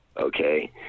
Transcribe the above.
okay